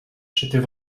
j’étais